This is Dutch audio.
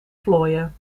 vlooien